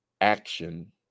action